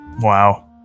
Wow